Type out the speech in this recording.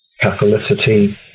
Catholicity